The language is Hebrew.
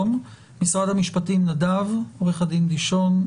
משרד המשפטים עו"ד דישון,